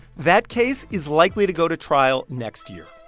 that case is likely to go to trial next year